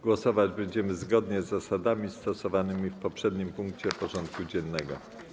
Głosować będziemy zgodnie z zasadami stosowanymi w poprzednim punkcie porządku dziennego.